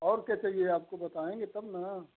और क्या चाहिये आपको बतायेंगे तब न